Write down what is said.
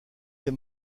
des